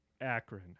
Akron